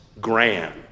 grand